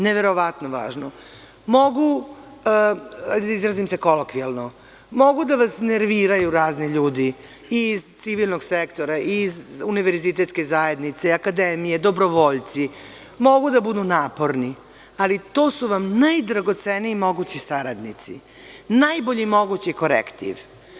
Mogu, hajde da se izrazim kolokvijalno, mogu da vas nerviraju razni ljudi i iz civilnog sektora i izuniverzitetske zajednice, akademije, dobrovoljci, mogu da budu naporni, ali to su vam najdragoceniji mogući saradnici, najbolji mogući korektiv.